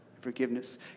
forgiveness